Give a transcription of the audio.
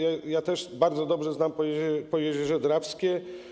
Ja też bardzo dobrze znam Pojezierze Drawskie.